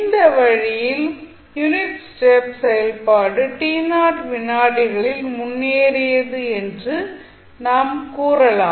இந்த வழியில் unit step செயல்பாடு வினாடிகளில் முன்னேறியது என்று நாம் கூறலாம்